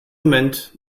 moment